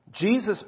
Jesus